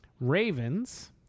Ravens